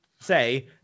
say